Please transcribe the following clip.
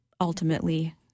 ultimately